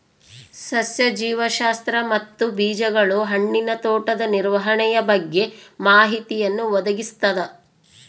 ಸಸ್ಯ ಜೀವಶಾಸ್ತ್ರ ಮತ್ತು ಬೀಜಗಳು ಹಣ್ಣಿನ ತೋಟದ ನಿರ್ವಹಣೆಯ ಬಗ್ಗೆ ಮಾಹಿತಿಯನ್ನು ಒದಗಿಸ್ತದ